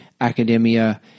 academia